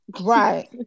right